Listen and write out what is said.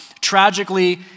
tragically